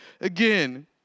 again